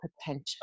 potential